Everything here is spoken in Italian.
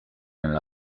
nella